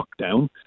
lockdown